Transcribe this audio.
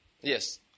Yes